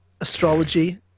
astrology